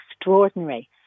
extraordinary